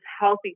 healthy